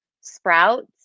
Sprouts